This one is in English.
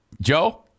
Joe